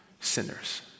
Sinners